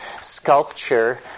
sculpture